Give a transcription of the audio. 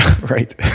Right